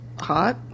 hot